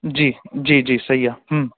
जी जी सही आहे